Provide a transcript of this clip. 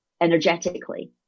energetically